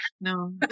No